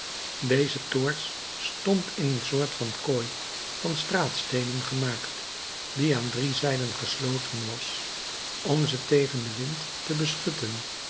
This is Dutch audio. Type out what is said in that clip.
deze toorts stond in een soort van kooi van straatsteenen gemaakt die aan drie zijden gesloten was om ze tegen den wind te beschutten